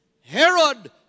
Herod